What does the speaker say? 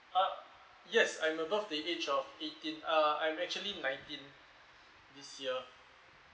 uh yes I'm above the age of eighteen uh I'm actually nineteen this year